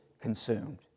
consumed